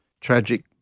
tragic